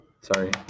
Sorry